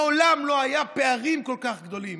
מעולם לא היו פערים כל כך גדולים,